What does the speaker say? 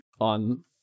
on